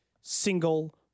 single